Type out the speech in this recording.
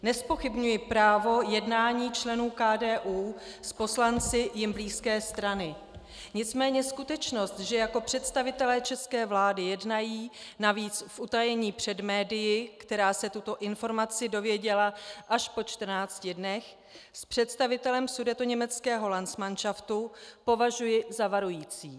Nezpochybňuji právo jednání členů KDU s poslanci jim blízké strany, nicméně skutečnost, že jako představitelé české vlády jednají, navíc v utajení před médii, která se tuto informaci dověděla až po čtrnácti dnech, s představitelem sudetoněmeckého landsmanšaftu, považuji za varující.